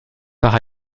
par